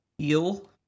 Eel